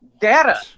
data